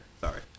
Sorry